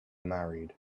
married